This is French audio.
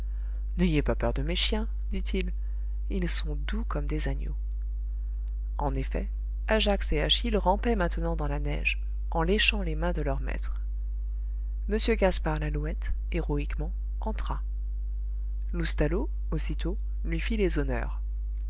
n'ayez pas peur de mes chiens dit-il ils sont doux comme des agneaux en effet ajax et achille rampaient maintenant dans la neige en léchant les mains de leur maître m gaspard lalouette héroïquement entra loustalot aussitôt lui fit les honneurs